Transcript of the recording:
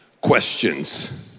Questions